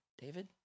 David